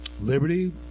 Liberty